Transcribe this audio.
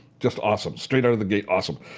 just awesome, straight out of the gate awesome.